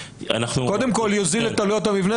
קודם כל יוזיל את עלויות המבנה,